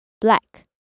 black